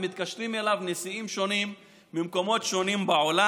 ומתקשרים אליו נשיאים שונים ממקומות שונים בעולם.